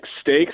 stakes